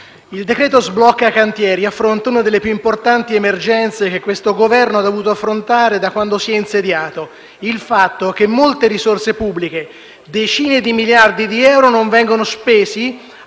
il decreto-legge sblocca-cantieri affronta una delle più importanti emergenze che questo Governo ha dovuto trattare da quando si è insediato: il fatto che molte risorse pubbliche, decine di miliardi di euro, non vengano spese